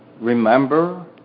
remember